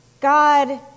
God